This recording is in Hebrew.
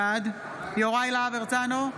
בעד יוראי להב הרצנו,